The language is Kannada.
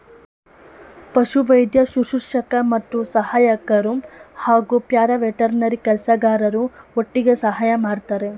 ಪಶುವೈದ್ಯ ಶುಶ್ರೂಷಕ ಮತ್ತು ಸಹಾಯಕ್ರು ಹಾಗೂ ಪ್ಯಾರಾವೆಟರ್ನರಿ ಕೆಲಸಗಾರರು ಒಟ್ಟಿಗೆ ಸಹಾಯ ಮಾಡ್ತರೆ